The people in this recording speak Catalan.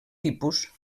tipus